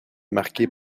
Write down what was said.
marqué